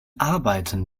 arbeiten